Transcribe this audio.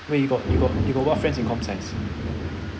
wait you got you got you got what friends in comp science